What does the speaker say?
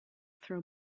throw